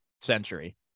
century